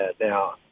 Now